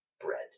bread